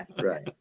Right